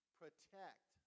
protect